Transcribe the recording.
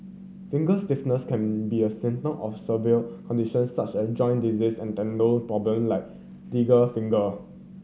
finger stiffness can be a symptom of several conditions such as joint disease and tendon problem like finger